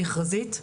מכרזית.